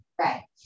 Right